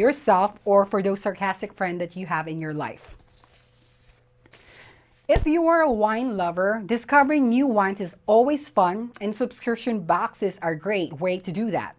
yourself or for those sarcastic friend that you have in your life if you are a wine lover discovering new ones is always fun and subscription boxes are great way to do that